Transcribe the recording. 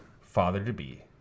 father-to-be